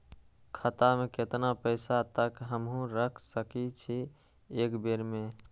खाता में केतना पैसा तक हमू रख सकी छी एक बेर में?